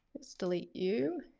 let's delete you.